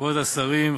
כבוד השרים,